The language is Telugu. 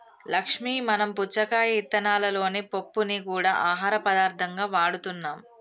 లక్ష్మీ మనం పుచ్చకాయ ఇత్తనాలలోని పప్పుని గూడా ఆహార పదార్థంగా వాడుతున్నాం